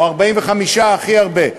או 45 יום הכי הרבה,